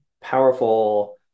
powerful